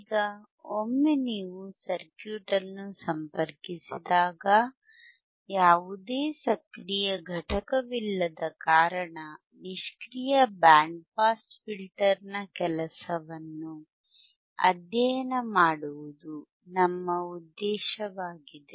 ಈಗ ಒಮ್ಮೆ ನೀವು ಸರ್ಕ್ಯೂಟ್ ಅನ್ನು ಸಂಪರ್ಕಿಸಿದಾಗ ಯಾವುದೇ ಸಕ್ರಿಯ ಘಟಕವಿಲ್ಲದ ಕಾರಣ ನಿಷ್ಕ್ರಿಯ ಬ್ಯಾಂಡ್ ಪಾಸ್ ಫಿಲ್ಟರ್ನ ಕೆಲಸವನ್ನು ಅಧ್ಯಯನ ಮಾಡುವುದು ನಮ್ಮ ಉದ್ದೇಶವಾಗಿದೆ